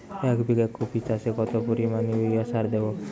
এক বিঘা কপি চাষে কত পরিমাণ ইউরিয়া সার দেবো?